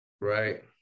right